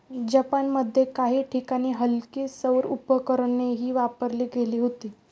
जपानमध्ये काही ठिकाणी हलकी सौर उपकरणेही वापरली गेली होती